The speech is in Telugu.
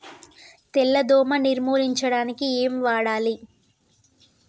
తెల్ల దోమ నిర్ములించడానికి ఏం వాడాలి?